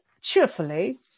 cheerfully